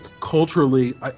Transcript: culturally